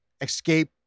escape